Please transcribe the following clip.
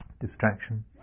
distraction